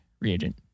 reagent